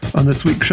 on this week's show,